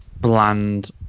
bland